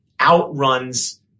outruns